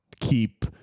keep